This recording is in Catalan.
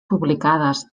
publicades